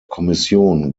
kommission